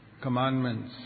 commandments